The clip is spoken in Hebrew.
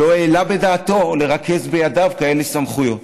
לא העלה בדעתו לרכז בידיו כאלה סמכויות.